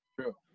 True